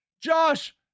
Josh